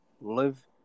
live